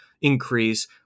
increase